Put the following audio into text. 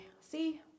see